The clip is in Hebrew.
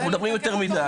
אנחנו מדברים יותר מדי,